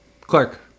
Clark